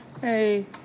Hey